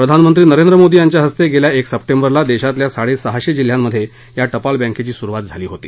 प्रधानमंत्री नरेंद्र मोदी यांच्या हस्ते गेल्या एक सप्टेंबरला देशातल्या साडेसहाशे जिल्ह्यांमध्ये या बँकेची सुरुवात झाली होती